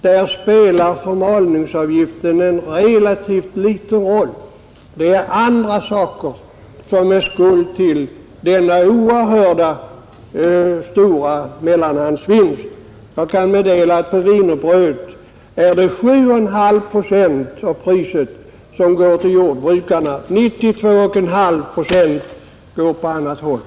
Där spelar förmalningsavgiften en relativt liten roll; det är andra saker som är skuld till denna oerhört stora mellanhandsvinst. Jag kan meddela att på wienerbröd går 7,5 procent av priset till jordbrukarna, medan 92,5 procent går till annat håll.